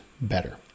better